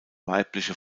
weibliche